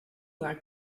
like